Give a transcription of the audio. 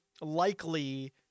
likely